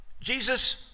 Jesus